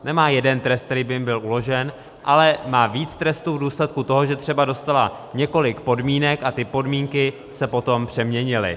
Nemá jeden trest, který by jim byl uložen, ale má víc trestů v důsledku toho, že třeba dostali několik podmínek a ty podmínky se potom přeměnily.